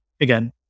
again